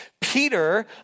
Peter